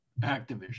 activision